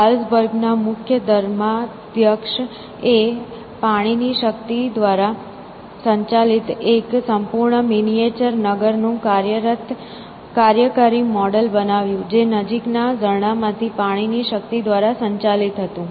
Salzburg ના મુખ્ય ધર્માધ્યક્ષ એ પાણીની શક્તિ દ્વારા સંચાલિત એક સંપૂર્ણ મીનીયેચર નગર નું કાર્યકારી મોડેલ બનાવ્યું જે નજીક ના ઝરણા માંથી પાણીની શક્તિ દ્વારા સંચાલિત હતું